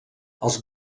els